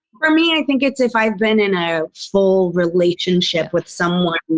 for me, i think it's if i've been in a full relationship with someone,